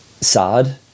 sad